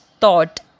thought